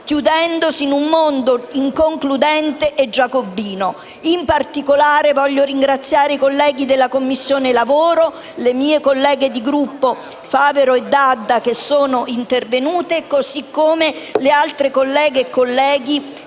chiudendosi in un mondo inconcludente e giacobino. In particolare, voglio ringraziare i colleghi della Commissione lavoro, le mie colleghe di Gruppo, senatrici Favero e D'Adda, che sono intervenute, così come gli altri colleghi e colleghe